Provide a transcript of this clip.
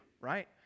right